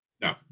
No